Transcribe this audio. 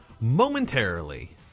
momentarily